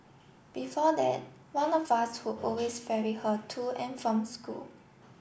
before that one of us who always ferry her to and from school